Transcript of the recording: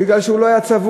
מפני שהוא לא היה צבוע.